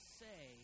say